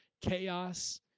chaos